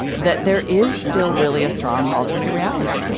that there is still, really, a strong alternate reality.